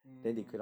mm